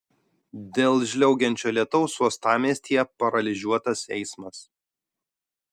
dėl žliaugiančio lietaus uostamiestyje paralyžiuotas eismas